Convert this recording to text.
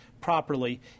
properly